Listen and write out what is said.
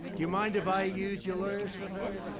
you mind if i use your lawyers for various